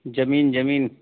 ज़मीन ज़मीन